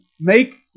Make